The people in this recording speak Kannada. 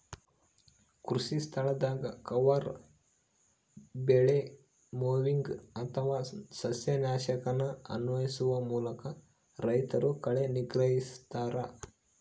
ಕೃಷಿಸ್ಥಳದಾಗ ಕವರ್ ಬೆಳೆ ಮೊವಿಂಗ್ ಅಥವಾ ಸಸ್ಯನಾಶಕನ ಅನ್ವಯಿಸುವ ಮೂಲಕ ರೈತರು ಕಳೆ ನಿಗ್ರಹಿಸ್ತರ